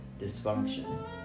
dysfunction